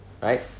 Right